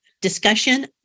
discussion